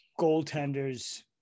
goaltenders